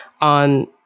on